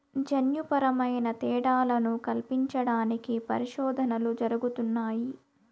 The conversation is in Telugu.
జన్యుపరమైన తేడాలను కల్పించడానికి పరిశోధనలు జరుగుతున్నాయి